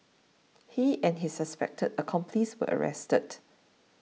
he and his suspected accomplice were arrested